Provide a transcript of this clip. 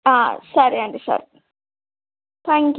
ఆ సరే అండి సరే థ్యాంక్ యూ